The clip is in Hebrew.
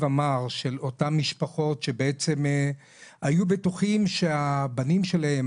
המר של אותן משפחות שבעצם היו בטוחים שהבנים שלהם,